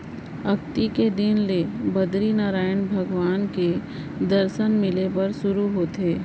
अक्ती के दिन ले बदरीनरायन भगवान के दरसन मिले बर सुरू होथे